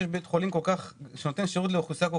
בית חולים שנותן שירות לאוכלוסייה כל